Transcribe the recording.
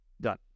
done